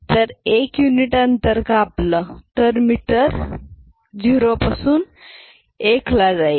जर 1 युनिट अंतर कापलं तर मीटर 0 पासून 1 जाईल